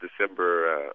December